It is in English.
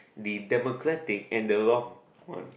the democratic and the long run